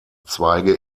zweige